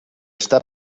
està